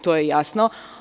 To je jasno.